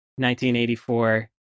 1984